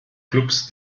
clubs